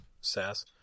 sass